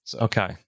okay